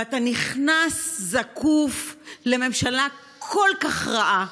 ואתה נכנס זקוף לממשלה כל כך רעה,